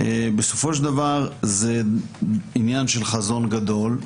בסופו של דבר, זה עניין של חזון גדול,